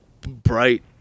bright